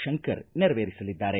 ಶಂಕರ್ ನೆರವೇರಿಸಲಿದ್ದಾರೆ